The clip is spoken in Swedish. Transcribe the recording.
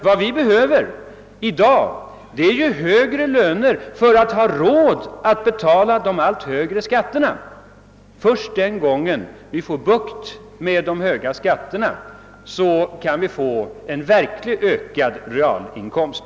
Vad vi behöver i dag är högre löner för att få råd att betala de allt högre skatterna. Först när vi får bukt med de höga skatterna kan vi få en verkligt ökad realinkomst.